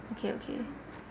okay okay